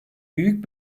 büyük